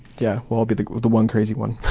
yeah, well, i'd be the the one crazy one.